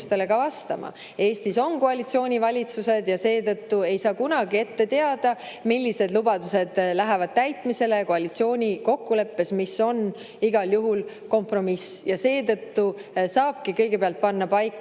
Eestis on koalitsioonivalitsused ja seetõttu ei saa kunagi ette teada, millised lubadused lähevad täitmisele koalitsioonikokkuleppes, mis on igal juhul kompromiss. Ja seetõttu saabki kõigepealt panna paika